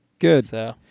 Good